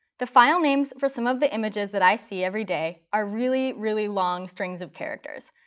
the final names for some of the images that i see every day are really, really long strings of characters.